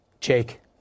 jake